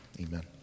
Amen